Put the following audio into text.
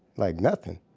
like, nothin'?